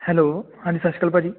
hello ਹਾਂਜੀ ਸਤਿ ਸ਼੍ਰੀ ਅਕਾਲ ਭਾਅ ਜੀ